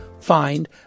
find